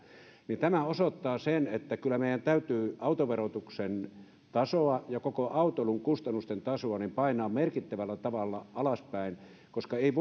tämä osoittaa sen että kyllä meidän täytyy autoverotuksen tasoa ja koko autoilun kustannusten tasoa painaa merkittävällä tavalla alaspäin koska ei